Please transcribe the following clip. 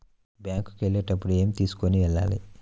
Bank కు వెళ్ళేటప్పుడు ఏమి తీసుకొని వెళ్ళాలి?